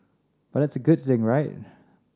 but that's a good thing right